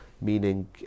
meaning